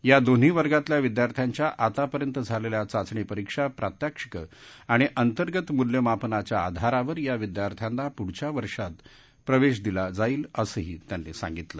या दोन्ही वर्गातल्या विद्यार्थ्यांच्या आतापर्यंत झालख्या चाचणी परीक्षा प्रात्यक्षिक आणि अंतर्गत मुल्यमापनाच्या आधारावर या विद्यार्थ्यांना पूढच्या वर्गात प्रवश्त दिला जाईल असंही त्यांनी सांगितलं